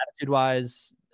attitude-wise